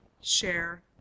share